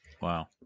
wow